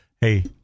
Hey